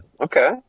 Okay